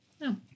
No